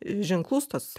ženklus tas